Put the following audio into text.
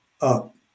up